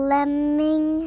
Lemming